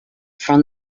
from